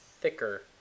thicker